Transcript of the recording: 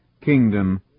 kingdom